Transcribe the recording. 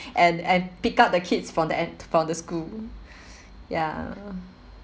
and and pick up the kids from the M~ from the school ya